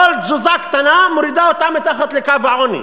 כל תזוזה קטנה מורידה אותם מתחת לקו העוני.